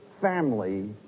family